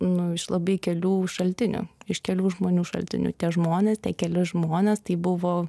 nu iš labai kelių šaltinių iš kelių žmonių šaltinių tie žmonės keli žmonės tai buvo